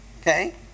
Okay